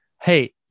hey